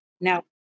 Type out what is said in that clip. Now